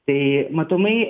tai matomai